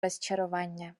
розчарування